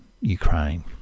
Ukraine